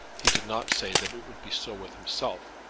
he did not say that it would be so with himself,